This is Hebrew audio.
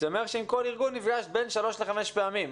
זה אומר שעם כל ארגון נפגשת בין שלוש לחמש פעמים.